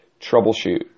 troubleshoot